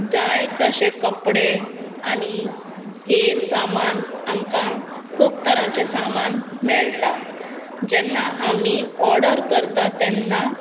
जाय तशें कपडे आनी हेर सामान आमकां खूब तरांचें सामान मेळटा जेन्ना आमी ऑर्डर करतात तेन्ना